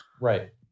Right